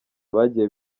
bagiye